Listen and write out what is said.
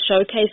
showcase